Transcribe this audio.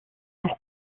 auch